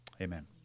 Amen